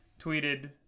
tweeted